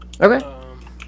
Okay